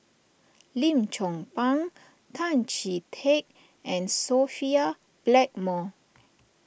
Lim Chong Pang Tan Chee Teck and Sophia Blackmore